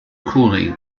cooling